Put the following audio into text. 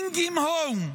Bring him home.